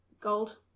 gold